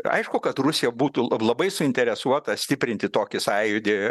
aišku kad rusija būtų labai suinteresuota stiprinti tokį sąjūdį